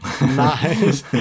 nice